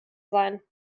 sein